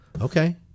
okay